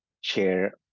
share